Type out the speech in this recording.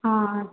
हँ